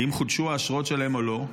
האם חודשו האשרות שלהם או לא?